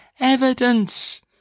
evidence